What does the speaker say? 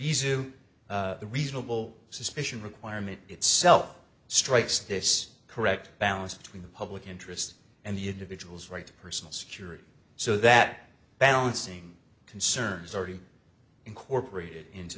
to the reasonable suspicion requirement itself strikes this correct balance between the public interest and the individual's right to personal security so that balancing concerns already incorporated into